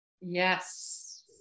Yes